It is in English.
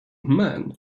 men